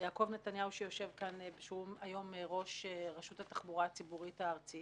ליעקב נתניהו שיושב כאן שהוא היום ראש רשות לתחבורה הציבורית הארצית